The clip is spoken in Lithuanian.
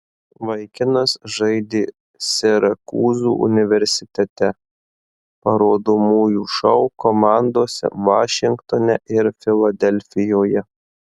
vaikinas žaidė sirakūzų universitete parodomųjų šou komandose vašingtone ir filadelfijoje